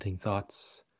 thoughts